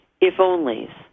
if-onlys